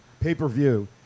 Pay-per-view